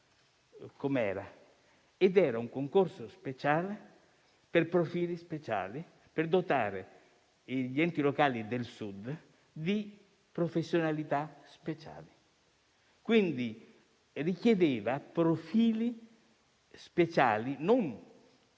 com'era. Era un concorso speciale, per profili speciali, per dotare gli enti locali del Sud di professionalità speciali. Richiedeva quindi profili speciali, non per